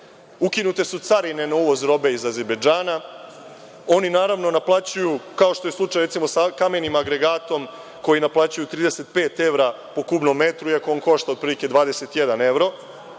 Ukinute su carine na uvoz robe iz Azerbejdžana. Oni naplaćuju, kao što je slučaj sa kamenim agregatom koji naplaćuju 35 evra po kubnom metru, iako on košta otprilike 21 evro.